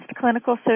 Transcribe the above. clinical